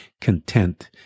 content